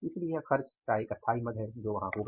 इसलिए यह खर्च का एक स्थायी मद है जो वहां होगा